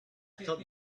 thought